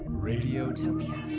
radiotopia